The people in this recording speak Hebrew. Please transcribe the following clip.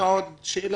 תעביר לעפר שלח.